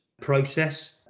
process